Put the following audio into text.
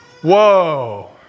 Whoa